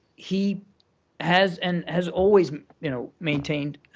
he has and has always you know maintained